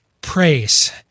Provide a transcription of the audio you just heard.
praise